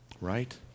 Right